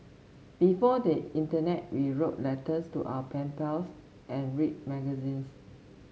before the internet we wrote letters to our pen pals and read magazines